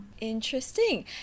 Interesting